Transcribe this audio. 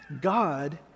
God